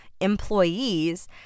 employees